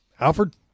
alfred